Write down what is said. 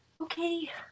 Okay